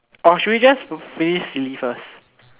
oh should we just finish this first